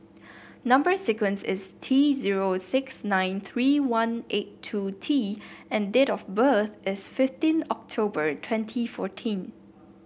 number sequence is T zero six nine three one eight two T and date of birth is fifteen October twenty fourteen